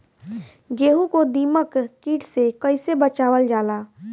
गेहूँ को दिमक किट से कइसे बचावल जाला?